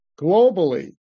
globally